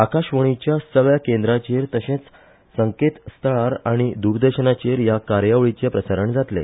आकाशवाणीच्या सगळ्या केंद्राचेर तशेच संकेतस्थळार आनी द्रदर्शनाचेर ह्या कार्यावळीचें प्रसारण जातले